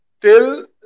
till